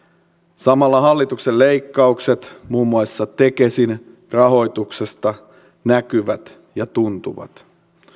samalla hallituksen leikkaukset muun muassa tekesin rahoituksesta näkyvät ja tuntuvat